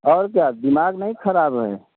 और क्या दिमाग नहीं खराब है